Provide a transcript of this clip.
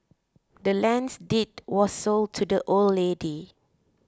the land's deed was sold to the old lady